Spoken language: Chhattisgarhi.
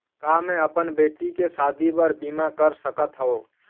का मैं अपन बेटी के शादी बर बीमा कर सकत हव?